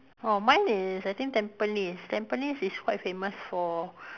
orh mine is I think Tampines Tampines is quite famous for